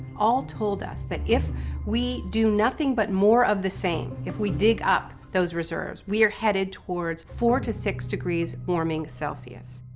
all told us that if we do nothing but more of the same, if we dig up those reserves, we are headed toward four six degrees warming celsius.